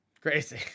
Crazy